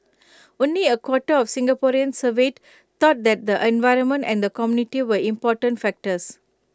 only A quarter of Singaporeans surveyed thought that the environment and the community were important factors